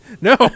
No